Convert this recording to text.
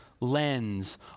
lens